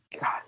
God